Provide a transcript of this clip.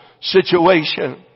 situation